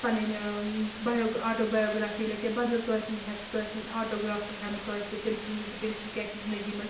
پَنٕنۍ ٲں bio auto biography لیٚکھ یا بَدل کٲنٛسہِ ہِنٛز ہیٚکہٕ کٲنٛسہِ ہنٛز آٹوگرٛاف ہیٚمہٕ کٲنٛسہِ سۭتۍ تٔمۍ سُنٛد وُچھہٕ بہٕ تٔمۍ سٕنٛز کیٛاہ چھِ زنٛدگی منٛز